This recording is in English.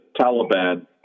Taliban